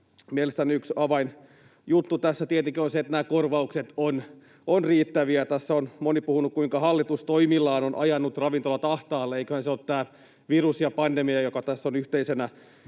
Mielestäni yksi avainjuttu tässä tietenkin on se, että nämä korvaukset ovat riittäviä. Tässä on moni puhunut, kuinka hallitus toimillaan on ajanut ravintolat ahtaalle. Eiköhän se ole tämä virus ja pandemia, joka tässä on yhteisenä